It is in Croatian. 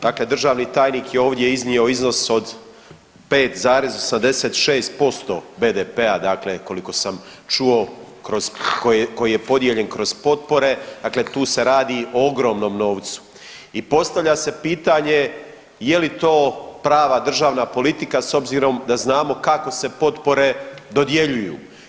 Dakle, državni tajnik je ovdje iznio iznos od 5,86% BDP-a dakle koliko sam čuo kroz, koji je, koji je podijeljen kroz potpore, dakle tu se radi o ogromnom novcu i postavlja se pitanje je li to prava državna politika s obzirom da znamo kako se potpore dodjeljuju.